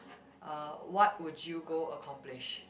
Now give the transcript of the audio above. uh what would you go accomplish